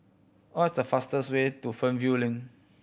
what is the fastest way to Fernvale Link